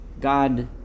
God